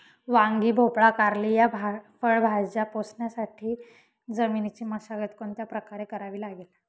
वांगी, भोपळा, कारली या फळभाज्या पोसण्यासाठी जमिनीची मशागत कोणत्या प्रकारे करावी लागेल?